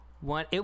One